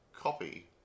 copy